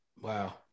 Wow